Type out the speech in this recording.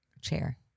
Chair